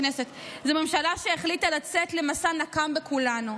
זו ממשלה שהחליטה לצאת למסע נקם בכולנו: